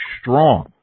strong